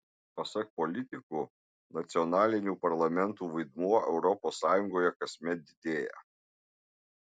pasak politikų nacionalinių parlamentų vaidmuo europos sąjungoje kasmet didėja